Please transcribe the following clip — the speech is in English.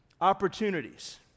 Opportunities